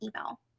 email